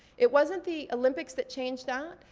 it wasn't the olympics that changed that.